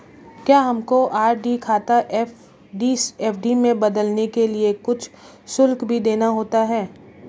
क्या हमको आर.डी खाता एफ.डी में बदलने के लिए कुछ शुल्क भी देना होता है?